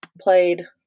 played